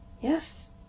Yes